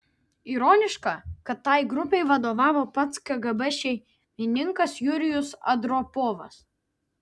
ironiška kad tai grupei vadovavo pats kgb šeimininkas jurijus andropovas